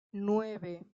nueve